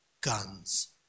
guns